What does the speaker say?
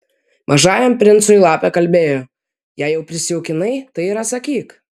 mažajam princui lapė kalbėjo jei jau prisijaukinai tai ir atsakyk